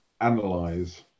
analyze